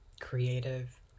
creative